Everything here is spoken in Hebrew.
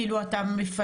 כאילו אתה מפנה?